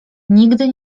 nigdy